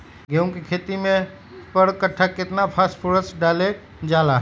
गेंहू के खेती में पर कट्ठा केतना फास्फोरस डाले जाला?